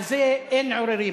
אני נולדתי פה ועל זה אין עוררין.